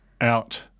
out